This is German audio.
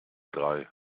drei